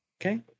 Okay